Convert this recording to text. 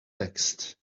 text